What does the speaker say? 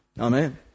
Amen